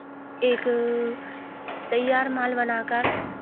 एक तैयार माल बनाकर